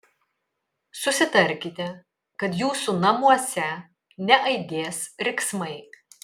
susitarkite kad jūsų namuose neaidės riksmai